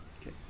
Okay